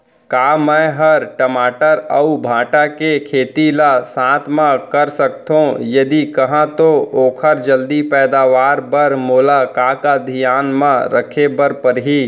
का मै ह टमाटर अऊ भांटा के खेती ला साथ मा कर सकथो, यदि कहाँ तो ओखर जलदी पैदावार बर मोला का का धियान मा रखे बर परही?